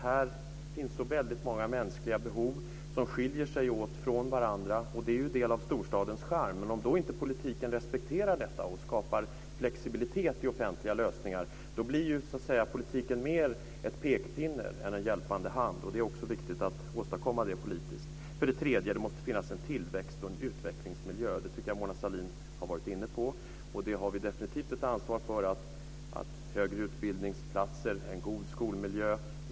Här finns så väldigt många mänskliga behov som skiljer sig åt från varandra. Det är en del av storstadens charm. Om då inte politiken respekterar detta och skapar flexibilitet i offentliga lösningar blir politiken mer en pekpinne än en hjälpande hand. Det är också viktigt att åstadkomma det politiskt. För det tredje måste det finnas en tillväxt och utvecklingsmiljö. Det tycker jag att Mona Sahlin har varit inne på. Vi har definitivt ett ansvar för att det finns högre utbildningsplatser och en god skolmiljö.